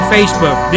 Facebook